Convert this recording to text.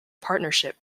partnership